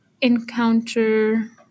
encounter